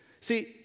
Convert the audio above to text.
See